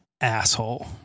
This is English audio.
asshole